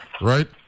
right